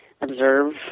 observe